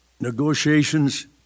negotiations